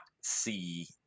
see